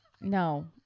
no